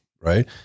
right